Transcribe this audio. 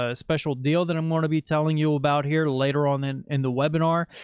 ah special deal that i'm going to be telling you about here later on in and the webinar,